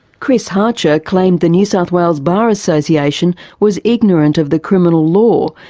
chris hartcher claimed the new south wales bar association was ignorant of the criminal law,